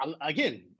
again